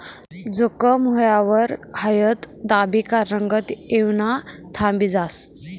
जखम व्हवावर हायद दाबी का रंगत येवानं थांबी जास